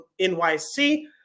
NYC